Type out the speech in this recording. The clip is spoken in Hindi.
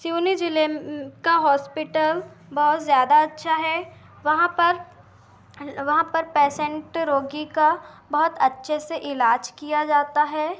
सिवनी ज़िले का हॉस्पिटल बहुत ज़्यादा अच्छा है वहाँ पर वहाँ पर पेसेन्ट रोगी का बहुत अच्छे से इलाज किया जाता है